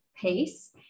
pace